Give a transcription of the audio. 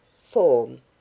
Form